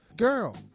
Girl